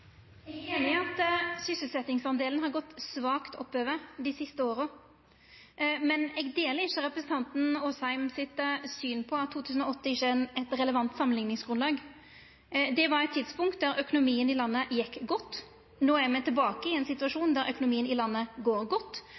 Eg er einig i at sysselsetjingsdelen har gått svakt oppover dei siste åra, men eg deler ikkje synet til representanten Asheim på at 2008 ikkje er eit relevant samanlikningsgrunnlag. Det var eit tidspunkt der økonomien i landet gjekk godt. No er me tilbake i ein situasjon der økonomien i landet går godt.